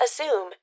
assume